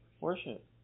worship